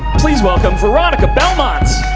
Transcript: please welcome veronica belmont!